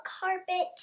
carpet